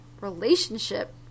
relationship